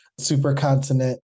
supercontinent